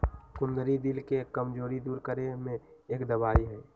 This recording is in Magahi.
कुंदरू दिल के कमजोरी दूर करे में एक दवाई हई